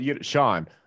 Sean